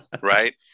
right